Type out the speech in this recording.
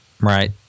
right